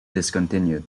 discontinued